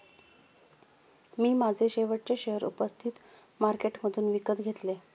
मी माझे शेवटचे शेअर उपस्थित मार्केटमधून विकत घेतले